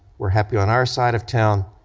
we're happy on our side of town,